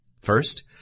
First